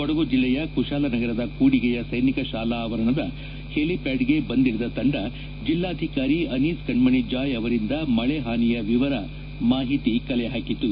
ಕೊಡಗು ಜಿಲ್ಲೆಯ ಕುಶಾಲನಗರದ ಕೂಡಿಗೆಯ ಸ್ಲೆನಿಕ ಶಾಲಾ ಆವರಣದ ಹೆಲಿಪ್ಲಾಡ್ಗೆ ಬಂದಿಳಿದ ತಂಡ ಜಿಲ್ಲಾಧಿಕಾರಿ ಅನೀಸ್ ಕಣ್ಣಣಿ ಜಾಯ್ ಅವರಿಂದ ಮಳೆ ಹಾನಿಯ ವಿವರ ಮಾಹಿತಿ ಕಲೆಹಾಕಿತು